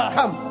Come